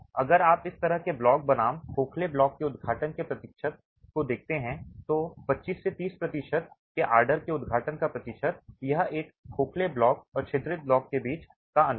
तो अगर आप इस तरह के ब्लॉक बनाम खोखले ब्लॉक के उद्घाटन के प्रतिशत को देखते हैं तो 25 से 30 प्रतिशत के ऑर्डर के उद्घाटन का प्रतिशत यह एक खोखले ब्लॉक और छिद्रित ब्लॉक के बीच का अंतर है